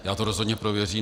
Já to rozhodně prověřím.